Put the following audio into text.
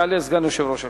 יעלה סגן יושב-ראש הכנסת,